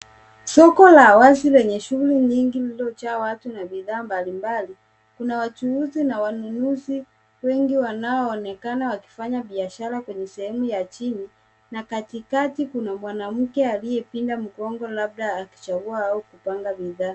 Soko la wazi lenye shughuli nyingi lililojaa watu na bidhaa mbali mbali. Kuna wachuuuzi na wanunuzi wengi wanaonekana wakifanya biashara kwenye sehemu ya chini na katikati kuna mwanamke aliyepinda mgongo labda akichagua au akipanga bidhaa.